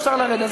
אפשר לרדת?